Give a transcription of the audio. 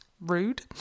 rude